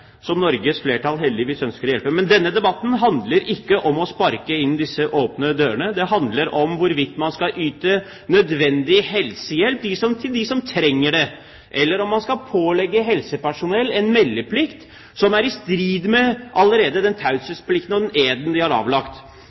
som Norges flertall heldigvis ønsker å hjelpe. Men denne debatten handler ikke om å sparke inn disse åpne dørene. Den handler om hvorvidt man skal yte nødvendig helsehjelp til dem som trenger det, eller om man skal pålegge helsepersonell en meldeplikt som er i strid med den taushetsplikten de allerede har, og den eden de har avlagt.